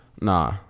Nah